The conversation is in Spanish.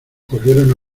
corrieron